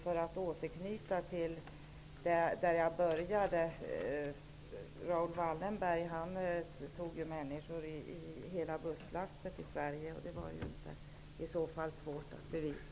För att återknyta där jag började: Raoul Wallenberg tog hela busslaster av människor till Sverige. Det var inte svårt att bevisa.